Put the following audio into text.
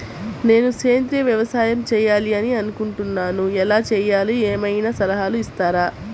నేను సేంద్రియ వ్యవసాయం చేయాలి అని అనుకుంటున్నాను, ఎలా చేయాలో ఏమయినా సలహాలు ఇస్తారా?